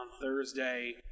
Thursday